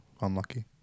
Unlucky